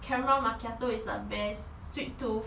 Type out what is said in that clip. caramel macchiato is the best sweet tooth